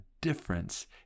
difference